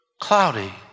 Cloudy